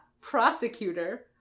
Prosecutor